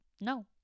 No